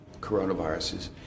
coronaviruses